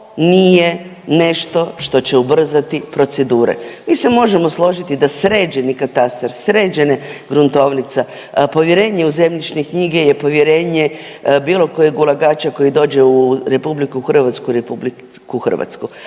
Ovo nije nešto što će ubrzati procedure. Mi se možemo složiti da sređeni katastar, sređena gruntovnica, povjerenje u zemljišne knjige je povjerenje bilo kojeg ulagača koji dođe u RH, RH. Ali jedan